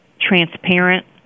transparent